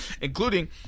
including